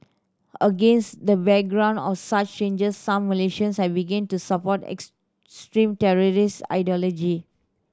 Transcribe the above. against the backdrop of such changes some Malaysians have begin to support extremist terrorist ideology